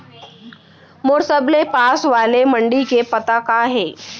मोर सबले पास वाले मण्डी के पता का हे?